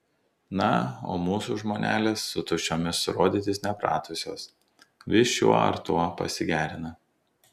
na o mūsų žmonelės su tuščiomis rodytis nepratusios vis šiuo ar tuo pasigerina